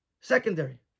secondary